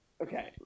Okay